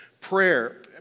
prayer